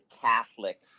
Catholic